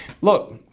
Look